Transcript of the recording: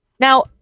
Now